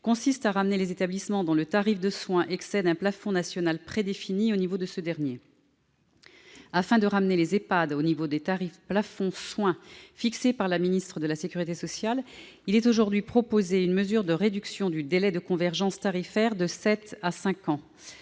consiste, quand le tarif de soins d'un établissement excède un plafond national prédéfini, à le ramener au niveau de ce dernier. Afin de ramener les EHPAD au niveau des tarifs plafonds de soins fixés par la ministre de la sécurité sociale, est aujourd'hui proposée une mesure de réduction du délai de convergence tarifaire de sept ans